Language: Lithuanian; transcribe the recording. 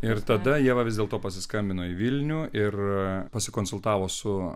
ir tada ieva vis dėlto pasiskambino į vilnių ir pasikonsultavo su